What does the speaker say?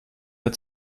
der